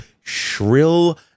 shrill